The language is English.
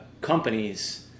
companies